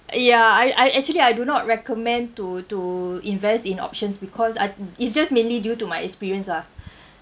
ya I I actually I do not recommend to to invest in options because I it's just mainly due to my experience ah